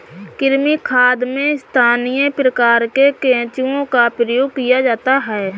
कृमि खाद में स्थानीय प्रकार के केंचुओं का प्रयोग किया जाता है